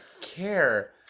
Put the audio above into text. care